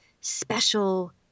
special